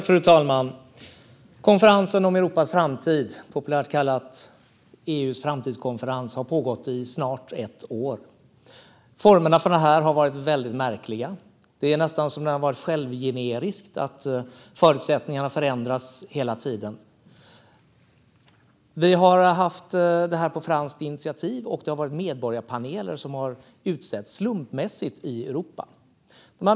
Fru talman! Konferensen om Europas framtid, populärt kallad EU:s framtidskonferens, har pågått i snart ett år. Formerna för den har varit väldigt märkliga. Det är nästan som att den har varit självgenererande. Förutsättningarna förändras hela tiden. Vi har haft denna på franskt initiativ, och det har varit medborgarpaneler som har utsetts slumpmässigt i Europa.